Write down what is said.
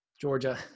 Georgia